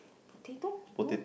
potato no